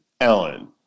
Ellen